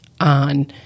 on